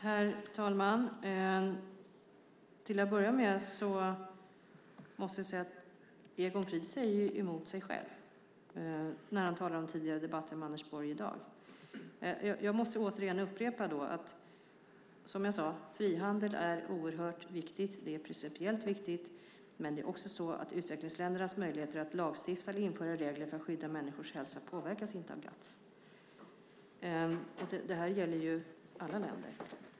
Herr talman! Till att börja med måste jag säga att Egon Frid säger emot sig själv när han talar om den tidigare debatten med Anders Borg i dag. Jag måste återigen upprepa att frihandel är oerhört viktigt. Det är principiellt viktigt, men det är också så att utvecklingsländernas möjligheter att lagstifta eller införa regler för skydda människors hälsa inte påverkas av GATS. Det här gäller alla länder.